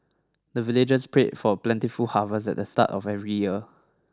the villagers pray for plentiful harvest at the start of every year